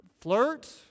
flirt